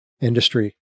industry